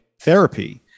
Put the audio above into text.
therapy